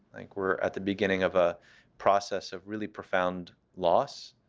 think we're at the beginning of a process of really profound loss,